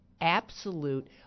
absolute